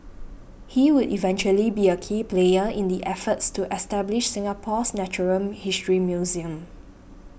he would eventually be a key player in the efforts to establish Singapore's natural history museum